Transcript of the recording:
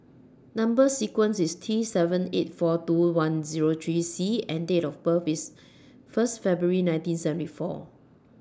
Number sequence IS T seven eight four two one Zero three C and Date of birth IS First February nineteen seventy four